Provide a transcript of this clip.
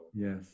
Yes